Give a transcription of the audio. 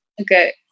Okay